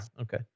okay